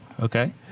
Okay